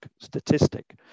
statistic